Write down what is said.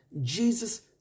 Jesus